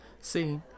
see